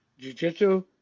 jujitsu